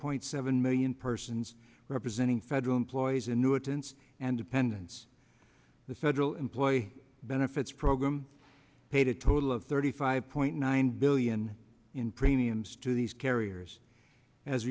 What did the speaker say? point seven million persons representing federal employees annuitants and dependents the federal employee benefits program paid a total of thirty five point nine billion in premiums to these carriers as